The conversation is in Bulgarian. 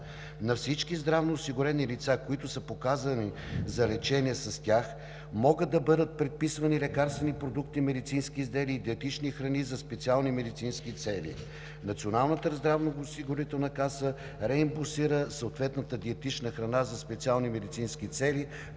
На всички здравноосигурени лица, които са показани за лечение с тях, могат да бъдат предписвани лекарствени продукти, медицински изделия и диетични храни за специални медицински цели. Националната здравноосигурителна каса реимбурсира съответната диетична храна за специални медицински цели